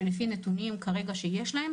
שלפי נתונים שיש להם,